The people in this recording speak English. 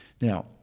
now